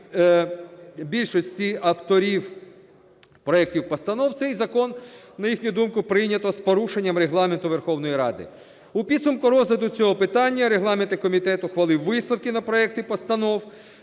більшості авторів проектів постанов цей Закон, на їхню думку, прийнято з порушення Регламенту Верховної Ради. У підсумку розгляду цього питання регламентний комітет ухвалив висновки на проекти постанов